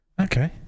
Okay